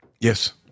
Yes